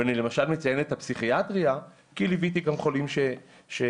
אני מציין למשל את הפסיכיאטריה כי ליוויתי גם חולים שהיו